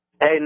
Hey